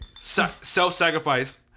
Self-sacrifice